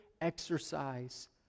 exercise